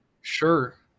Sure